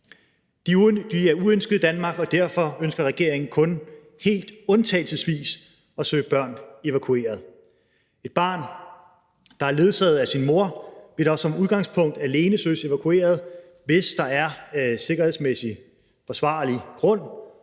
De er uønskede i Danmark, og derfor ønsker regeringen kun helt undtagelsesvis at søge børn evakueret. Et barn, der er ledsaget af sin mor, vil som udgangspunkt alene søges evakueret, hvis det er sikkerhedsmæssigt forsvarligt,